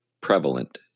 prevalent